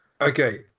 Okay